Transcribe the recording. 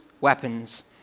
weapons